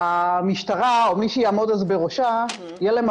המשטרה או מי שיעמוד אז בראשה תהיה להם